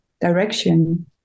direction